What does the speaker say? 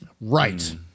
Right